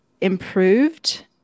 improved